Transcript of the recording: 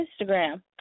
Instagram